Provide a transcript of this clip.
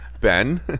Ben